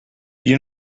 you